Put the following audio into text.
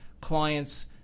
clients